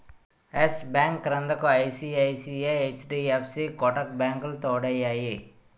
yes Bank క్రిందకు ICICI, HDFC Kotak బ్యాంకులు తోడయ్యాయి